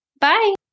Bye